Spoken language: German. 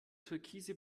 türkise